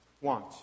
want